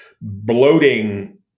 bloating